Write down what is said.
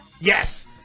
Yes